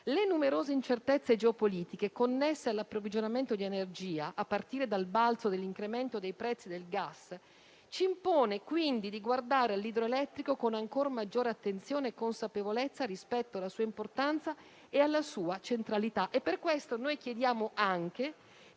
Le numerose incertezze geopolitiche, connesse all'approvvigionamento di energia, a partire dal balzo dell'incremento dei prezzi del gas, ci impongono quindi di guardare all'idroelettrico con ancor maggiore attenzione e consapevolezza rispetto alla sua importanza e alla sua centralità.